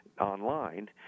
online